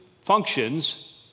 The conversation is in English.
functions